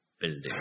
building